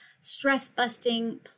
stress-busting